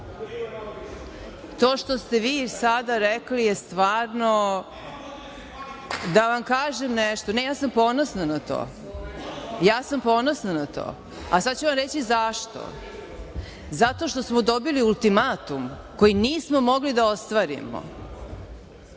To što ste vi sada rekli je stvarno, da vam kažem nešto, ne ja sam ponosna na to, a sada ću vam reći i zašto. Zato što smo dobili ultimatum koji nismo mogli da ostvarimo